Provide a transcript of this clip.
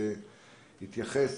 התייחס.